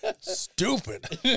Stupid